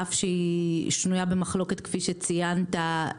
אף שהיא שנויה במחלוקת כפי שציינת,